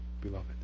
beloved